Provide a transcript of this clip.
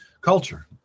Culture